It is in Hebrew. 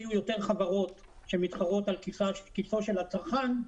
שיהיו יותר חברות שמתחרות על כיסו של הצרכן,